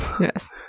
Yes